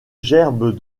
gerbe